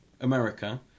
America